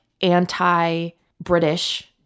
anti-British